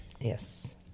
Yes